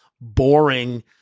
boring